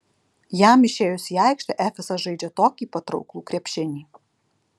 jam išėjus į aikštę efesas žaidžią tokį patrauklų krepšinį